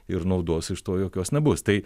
ir naudos iš to jokios nebus tai